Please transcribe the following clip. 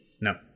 No